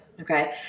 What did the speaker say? Okay